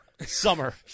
summer